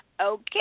Okay